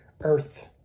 earth